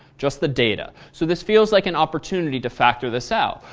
just the data. so this feels like an opportunity to factor this out.